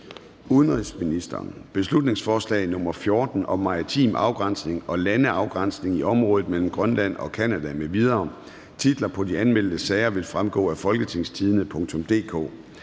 den anden side om maritim afgrænsning og landeafgrænsning i området mellem Grønland og Canada). Titler på de anmeldte sager vil fremgå af www.folketingstidende.dk